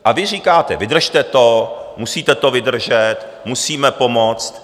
A vy říkáte: Vydržte to, musíte to vydržet, musíme pomoct.